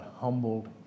humbled